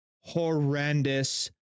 horrendous